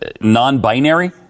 non-binary